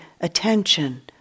attention